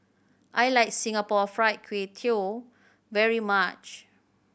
I like Singapore Fried Kway Tiao very much